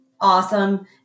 awesome